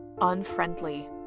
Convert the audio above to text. unfriendly